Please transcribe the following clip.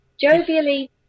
jovially